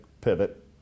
pivot